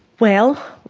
well,